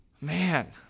man